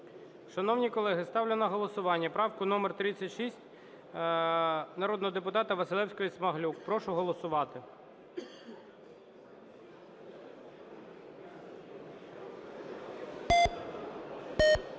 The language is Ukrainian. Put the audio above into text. Шановні колеги, ставлю на голосування правку номер 36, народного депутата Василевської-Смаглюк. Прошу голосувати.